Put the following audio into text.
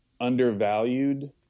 undervalued